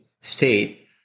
State